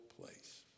place